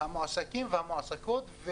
המועסקים והמועסקות.